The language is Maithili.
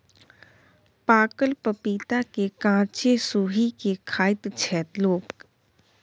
पाकल पपीता केँ कांचे सोहि के खाइत छै लोक